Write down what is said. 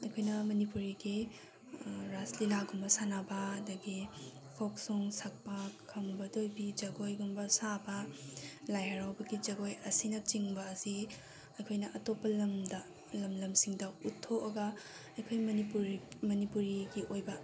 ꯑꯩꯈꯣꯏꯅ ꯃꯅꯤꯄꯨꯔꯤꯒꯤ ꯔꯥꯁ ꯂꯤꯂꯥꯒꯨꯝꯕ ꯁꯥꯟꯅꯕ ꯑꯗꯒꯤ ꯐꯣꯛ ꯁꯣꯡ ꯁꯛꯄ ꯈꯝꯕ ꯊꯣꯏꯕꯤ ꯖꯒꯣꯏꯒꯨꯝꯕ ꯁꯥꯕ ꯂꯥꯏ ꯍꯔꯥꯎꯕꯒꯤ ꯖꯒꯣꯏ ꯑꯁꯤꯅꯆꯤꯡꯕ ꯑꯁꯤ ꯑꯩꯈꯣꯏꯅ ꯑꯇꯣꯞꯄ ꯂꯝꯗ ꯂꯝ ꯂꯝꯁꯤꯡꯗ ꯎꯠꯊꯣꯛꯑꯒ ꯑꯩꯈꯣꯏ ꯃꯅꯤꯄꯨꯔꯤ ꯃꯅꯤꯄꯨꯔꯤꯒꯤ ꯑꯣꯏꯕ